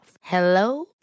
Hello